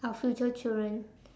our future children